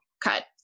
cut